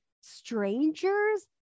strangers